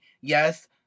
yes